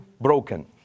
broken